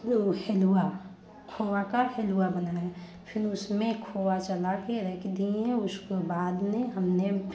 वो हलुआ खोया का हलुआ बनाए फिर उसमें खोया जला कर रख दिए उसको बाद में हमने